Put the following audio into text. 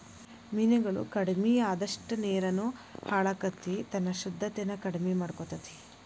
ಮೇನುಗಳು ಕಡಮಿ ಅಅದಷ್ಟ ನೇರುನು ಹಾಳಕ್ಕತಿ ತನ್ನ ಶುದ್ದತೆನ ಕಡಮಿ ಮಾಡಕೊತತಿ